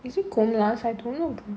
is it Komala's I don't know